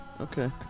Okay